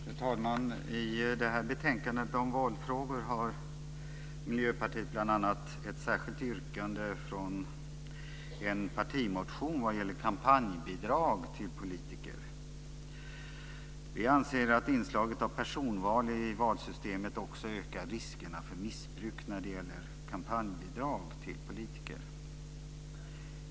Fru talman! I detta betänkande om valfrågor har Miljöpartiet en reservation med anledning av ett särskilt yrkande från en partimotion vad gäller kampanjbidrag till politiker. Vi anser att inslaget av personval i valsystemet också ökar riskerna för missbruk när det gäller kampanjbidrag till politiker.